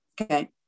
Okay